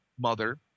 mother